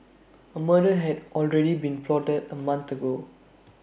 A murder had already been plotted A month ago